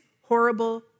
horrible